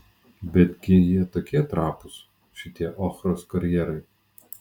betgi jie tokie trapūs šitie ochros karjerai